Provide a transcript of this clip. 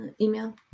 Email